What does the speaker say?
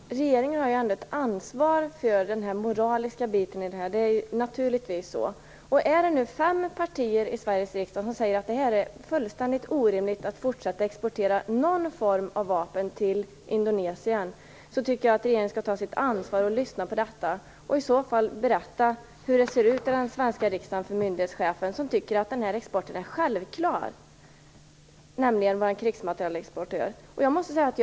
Fru talman! Regeringen har ändå ett ansvar för den moraliska aspekten av detta - naturligtvis är det så. Om nu fem partier i Sveriges riksdag säger att det är fullständigt orimligt att fortsätta exportera någon form av vapen till Indonesien, skall regeringen ta sitt ansvar och lyssna på detta. Regeringen får berätta hur det ser ut i den svenska riksdagen för myndighetschefen, som tycker att den här krigsmaterielexporten är självklar.